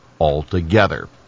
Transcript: altogether